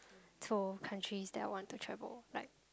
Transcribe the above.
to all countries that I want to travel like